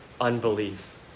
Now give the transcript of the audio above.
unbelief